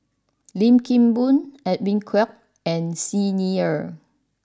Lim Kim Boon Edwin Koek and Xi Ni Er